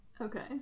Okay